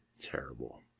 terrible